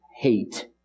hate